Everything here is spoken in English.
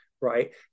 Right